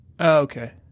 okay